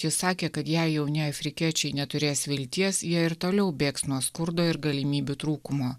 jis sakė kad jei jauni afrikiečiai neturės vilties jie ir toliau bėgs nuo skurdo ir galimybių trūkumo